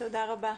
תודה רבה.